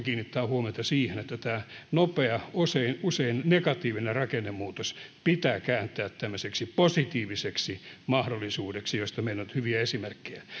kiinnittää huomiota siihen että tämä nopea usein usein negatiivinen rakennemuutos pitää kääntää tämmöiseksi positiiviseksi mahdollisuudeksi josta meillä on nyt hyviä esimerkkejä